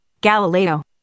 Galileo